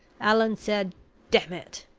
allan said damn it,